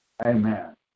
Amen